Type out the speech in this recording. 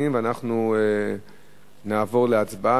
ואנחנו נעבור להצבעה.